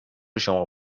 شما